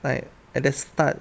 like at the start